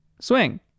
Swing